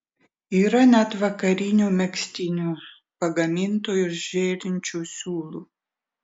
yra net vakarinių megztinių pagamintų iš žėrinčių siūlų